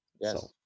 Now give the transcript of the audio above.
Yes